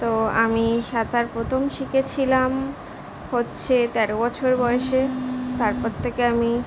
তো আমি সাঁতার প্রথম শিখেছিলাম হচ্ছে তেরো বছর বয়সে তারপর থেকে আমি